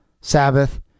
sabbath